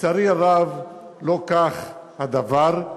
לצערי הרב, לא כך הדבר.